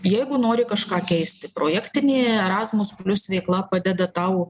jeigu nori kažką keisti projektinė erasmus plius veikla padeda tau